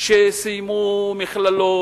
שסיימו מכללות,